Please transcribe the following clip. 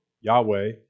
Yahweh